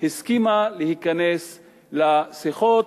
הסכימה להיכנס לשיחות,